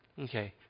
okay